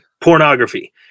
pornography